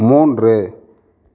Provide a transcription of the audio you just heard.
மூன்று